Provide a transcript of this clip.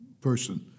person